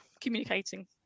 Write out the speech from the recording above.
communicating